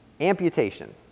Amputation